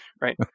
right